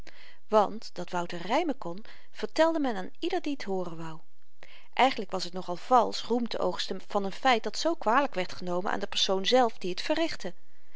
want dat wouter rymen kon vertelde men aan ieder die t hooren wou eigenlyk was t nog-al valsch roem te oogsten van n feit dat zoo kwalyk werd genomen aan de persoon zelf die t verrichtte